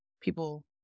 people